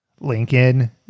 Lincoln